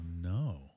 no